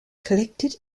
collected